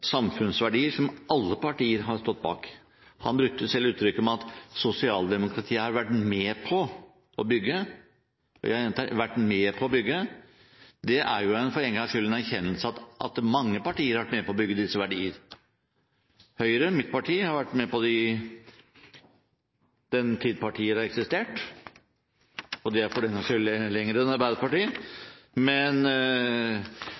samfunnsverdier som alle partier har stått bak. Han brukte selv uttrykket «sosialdemokratiet har vært med på å bygge» – jeg gjentar, «vært med på å bygge». Det er for en gangs skyld en erkjennelse av at mange partier har vært med på å bygge disse verdier. Høyre, mitt parti, har vært med på det i den tid partiet har eksistert – og det er for den saks skyld lenger enn